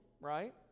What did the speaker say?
right